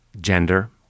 gender